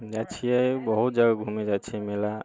जाइ छियै बहुत जगह घूमे जाइ छियै मेला